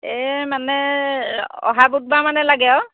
এই মানে অহা বুধবাৰ মানে লাগে আৰু